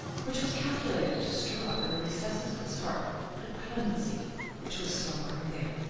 which was calculated to stir up in the recesses of his heart the clemency which was slumbering there.